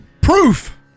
proof